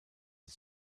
het